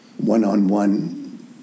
one-on-one